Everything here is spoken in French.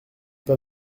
pas